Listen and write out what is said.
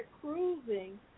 cruising